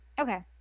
Okay